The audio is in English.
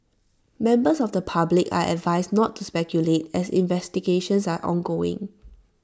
members of the public are advised not to speculate as investigations are ongoing